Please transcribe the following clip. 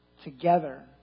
together